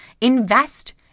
invest